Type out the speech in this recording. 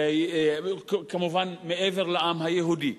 כמובן מעבר לעם היהודי,